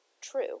true